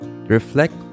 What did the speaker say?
Reflect